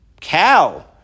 cow